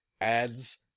adds